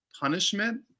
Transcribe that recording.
punishment